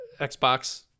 Xbox